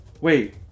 Wait